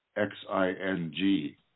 X-I-N-G